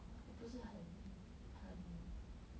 我不是很很